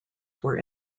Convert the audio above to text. were